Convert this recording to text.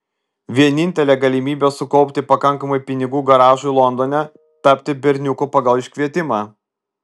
vienintelė galimybė sukaupti pakankamai pinigų garažui londone tapti berniuku pagal iškvietimą